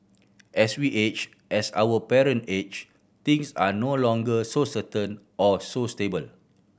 as we age as our parent age things are no longer so certain or so stable